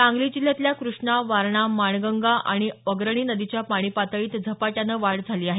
सांगली जिल्ह्यातल्या कृष्णा वारणा माणगंगा आणि अग्रणी नदीच्या पाणी पातळीत झपाट्यानं वाढ झाली आहे